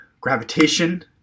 gravitation